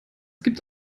gibt